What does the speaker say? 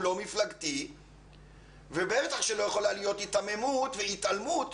לא מפלגתי ובטח שלא יכולה להיות היתממות והתעלמות